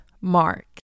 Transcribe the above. mark